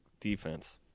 defense